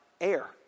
air